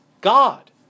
God